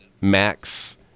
Max